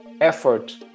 effort